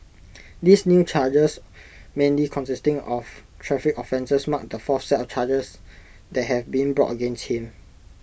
these new charges mainly consisting of traffic offences mark the fourth set of charges that have been brought against him